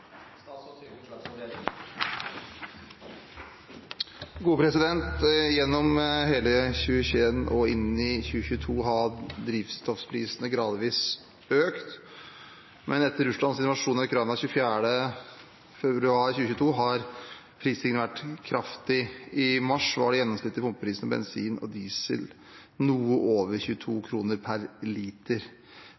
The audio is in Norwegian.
Gjennom hele 2021 og inn i 2022 har drivstoffprisene gradvis økt, men etter Russlands invasjon av Ukraina 24. februar 2022 har prisstigningen vært kraftig. I mars var den gjennomsnittlige pumpeprisen på bensin og diesel noe over 22